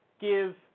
give